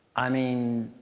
i mean,